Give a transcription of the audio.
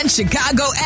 Chicago